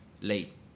late